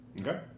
Okay